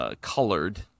colored